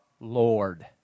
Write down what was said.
Lord